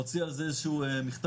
הוציא על זה איזשהו מכתב,